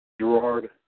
Gerard